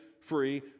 free